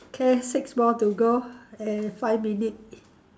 K six more to go and five minute